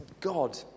God